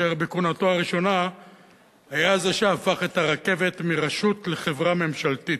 אשר בכהונתו הראשונה היה זה שהפך את הרכבת מרשות לחברה ממשלתית.